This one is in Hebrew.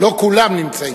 לא כולם נמצאים פה.